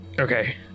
Okay